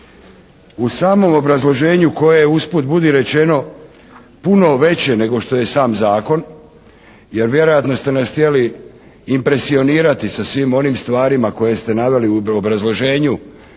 U samom obrazloženju koje je usput budi rečeno puno veće nego što je i sam zakon jer vjerojatno ste nas htjeli impresionirati sa svim onim stvarima koje ste naveli u obrazloženju